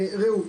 ראו,